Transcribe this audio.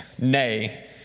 Nay